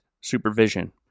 supervision